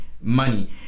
money